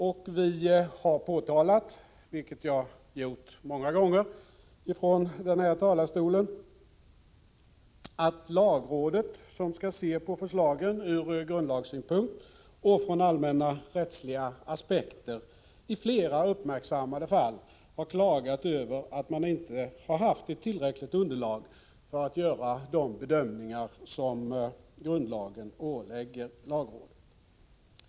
Och vi påtalar, vilket jag gjort många gånger tidigare här i riksdagen, att lagrådet, som skall se på förslagen ur grundlagssynpunkt och från allmänna rättsliga aspekter, i flera uppmärksammade fall har klagat över att man inte har haft ett tillräckligt underlag för att göra de bedömningar som grundlagen ålägger lagrådet.